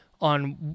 on